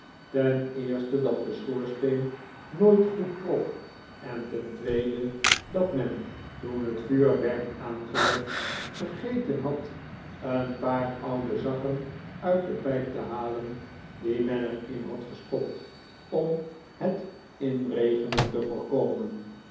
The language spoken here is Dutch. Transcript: ten eerste dat de schoorsteen nooit goed trok en ten tweede dat men toen het vuur werd aangelegd vergeten had een paar oude zakken uit de pijp te halen die men er in had gestopt om het inregenen te voorkomen